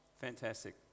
fantastic